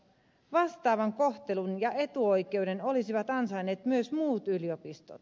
vastaavan kohtelun ja etuoikeuden olisivat ansainneet myös muut yliopistot